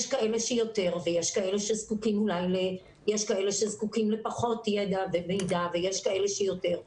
יש כאלה שאולי זקוקים ליותר ידע ויש כאלה שאולי זקוקים